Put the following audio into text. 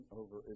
over